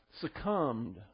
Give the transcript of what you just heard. succumbed